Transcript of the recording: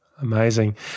amazing